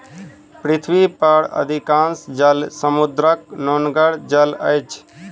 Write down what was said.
पृथ्वी पर अधिकांश जल समुद्रक नोनगर जल अछि